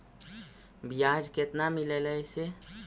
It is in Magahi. बियाज केतना मिललय से?